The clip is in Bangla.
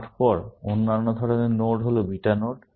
তারপর অন্যান্য ধরনের নোড হল বিটা নোড